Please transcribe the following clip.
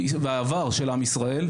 והעבר של עם ישראל.